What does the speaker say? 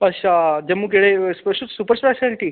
अच्छा जम्मू केह्ड़े स्पेश सुपर स्लैशेलेटी